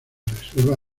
reserva